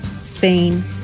Spain